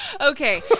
Okay